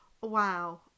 wow